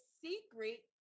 secret